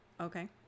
Okay